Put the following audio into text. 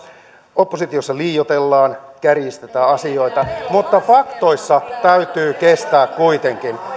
oppositiossa liioitellaan kärjistetään asioita mutta faktoissa täytyy kestää kuitenkin